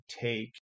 take